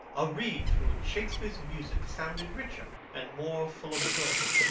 a reed through which shakespeare's music sounded richer and more full of joy.